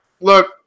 Look